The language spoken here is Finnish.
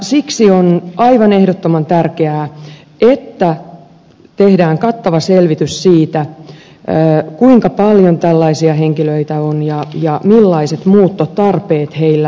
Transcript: siksi on aivan ehdottoman tärkeää että tehdään kattava selvitys siitä kuinka paljon tällaisia henkilöitä on ja millaiset muuttotarpeet heillä on